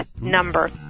number